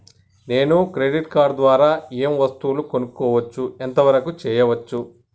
నేను credit card ద్వారా ఏం వస్తువులు కొనుక్కోవచ్చు ఎంత వరకు చేయవచ్చు?